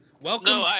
Welcome